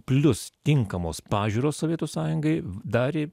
plius tinkamos pažiūros sovietų sąjungai darė